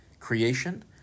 creation